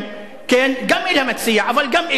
גם אל המציע אבל גם אליכם,